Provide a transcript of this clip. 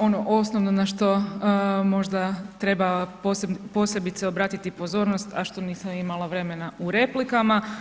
ono osnovno na što možda treba posebice obratiti pozornost a što nisam imala vremena u replikama.